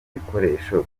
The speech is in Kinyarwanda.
ibikoresho